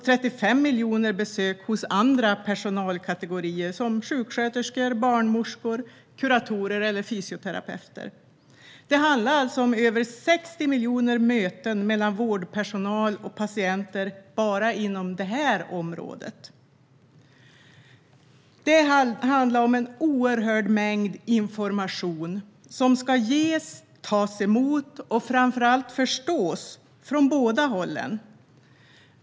35 miljoner besök gjordes hos andra personalkategorier som sjuksköterskor, barnmorskor, kuratorer eller fysioterapeuter. Det handlade alltså om över 60 miljoner möten mellan vårdpersonal och patienter bara inom det här området. Det handlar om en oerhörd mängd information som ska ges, tas emot och framför allt förstås från båda håll.